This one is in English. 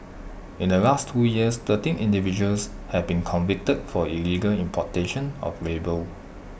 in the last two years thirteen individuals have been convicted for illegal importation of labour